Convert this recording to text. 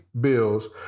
Bills